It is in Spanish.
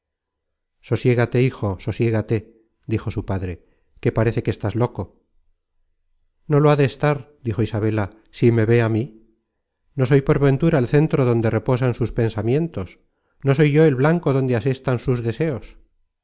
sosiégate hijo sosiégate dijo su padre que parece que estás loco no lo ha de estar dijo isabela si me ve á mí no soy por ventura el centro donde reposan sus pensamientos no soy yo el blanco donde asestan sus deseos